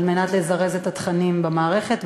כדי לזרז את התכנים במערכת,